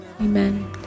Amen